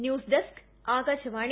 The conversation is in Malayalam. news desk Akashvani